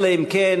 אלא אם כן,